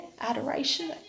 adoration